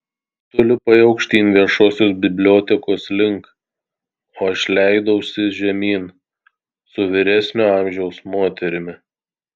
tu lipai aukštyn viešosios bibliotekos link o aš leidausi žemyn su vyresnio amžiaus moterimi